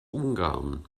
ungarn